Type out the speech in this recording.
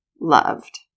loved